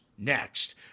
Next